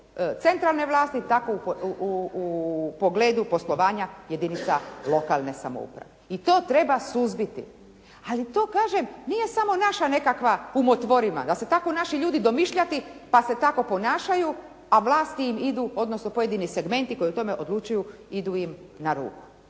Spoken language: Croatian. centralne vlasti tako u pogledu poslovanja jedinica lokalne samouprave. I to treba suzbiti. Ali to kažem nije samo naša nekakva umotvorina, da su tako naši ljudi domišljati pa se tako ponašaju, a vlasti im idu, odnosno pojedini segmenti koji o tome odlučuju idu im na ruku.